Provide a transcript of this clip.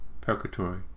Purgatory